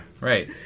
Right